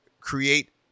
create